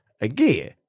again